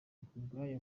nikubwayo